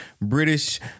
British